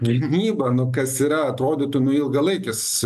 gynybą nu kas yra atrodytų nu ilgalaikis